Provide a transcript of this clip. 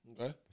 Okay